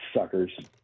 suckers